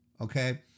okay